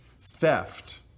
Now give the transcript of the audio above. theft